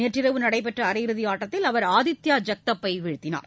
நேற்று நடைபெற்ற அரையிறுதி ஆட்டத்தில் அவர் ஆதித்யா ஜக்தப்பை வீழ்த்தினார்